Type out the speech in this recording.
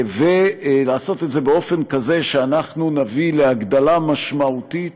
ולעשות את זה באופן כזה שאנחנו נביא להגדלה משמעותית